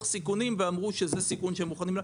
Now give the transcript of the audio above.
סיכונים ואמרו שזה סיכון שהם מוכנים לקחת,